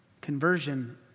conversion